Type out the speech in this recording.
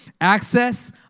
access